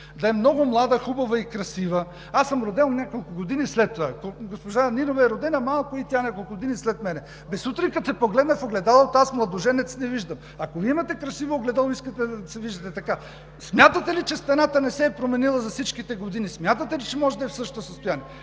да е много млада, хубава и красива… Аз съм роден няколко години след това. Госпожа Нинова е родена няколко години след мен. Абе сутрин, като се погледна в огледало, аз младоженец не виждам. Ако Вие имате красиво огледало и искате да се виждате така… Смятате ли, че стената не се е променила за всичките години? Смятате ли, че може да е в същото състояния?